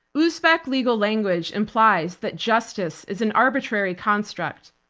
uzbek legal language implies that justice is an arbitrary construct.